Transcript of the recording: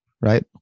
right